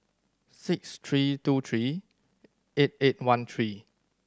six three two three eight eight one three